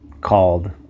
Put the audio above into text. called